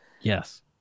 Yes